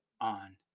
on